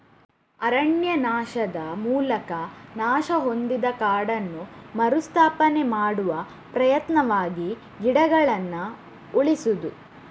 ಅರಣ್ಯನಾಶದ ಮೂಲಕ ನಾಶ ಹೊಂದಿದ ಕಾಡನ್ನು ಮರು ಸ್ಥಾಪನೆ ಮಾಡುವ ಪ್ರಯತ್ನವಾಗಿ ಗಿಡಗಳನ್ನ ಉಳಿಸುದು